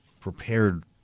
prepared